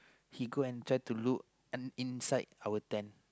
he go and try to look in inside our tent